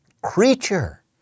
creature